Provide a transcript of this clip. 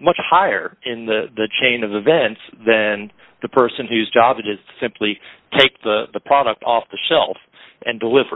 much higher in the chain of events then the person whose job it is simply take the product off the shelf and deliver